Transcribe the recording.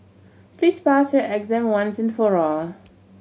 please pass your exam once and for all